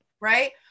right